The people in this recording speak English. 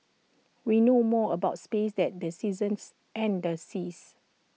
we know more about space than the seasons and the seas